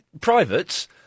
privates